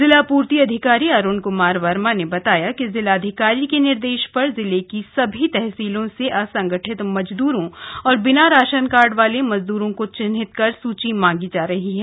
जिला पूर्ति अधिकारी अरुण कुमार वर्मा ने बताया कि जिलाधिकारी के निर्देश पर जिले की सभी तहसीलों से असंगठित मजदूरों और बिना राशन कार्ड वाले मजदूरों को चिन्हित कर सूची मांगी जा रही है